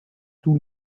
tout